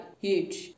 huge